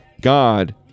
God